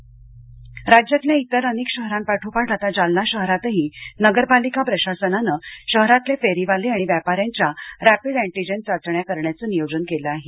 antigen राज्यातल्या इतर अनेक शहरांपाठोपाठ आता जालना शहरातही नगरपालिका प्रशासनानं शहरातले फेरिवाले आणि व्यापाऱ्यांच्या रपीड अँटीजेन चाचण्या करण्याचं नियोजन केलं आहे